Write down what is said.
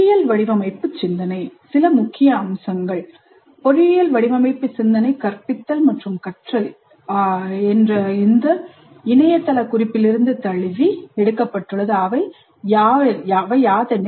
பொறியியல் வடிவமைப்பு சிந்தனை சில முக்கிய அம்சங்கள் பொறியியல் வடிவமைப்பு சிந்தனை கற்பித்தல் மற்றும் கற்றல் குறிப்பிலிருந்து தழுவியவை